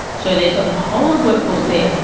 so there's a whole lot of workforce there,